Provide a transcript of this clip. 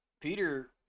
peter